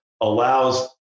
allows